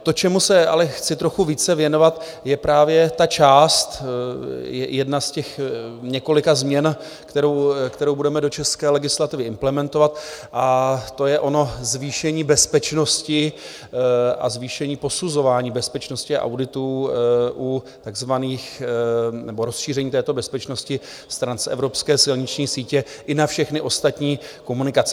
To, čemu se ale chci trochu více věnovat, je právě ta část, jedna z těch několika změn, kterou budeme do české legislativy implementovat, a to je ono zvýšení bezpečnosti a zvýšení posuzování bezpečnosti auditů u takzvaných... nebo rozšíření této bezpečnosti z transevropské silniční sítě i na všechny ostatní komunikace.